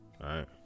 Right